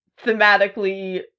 thematically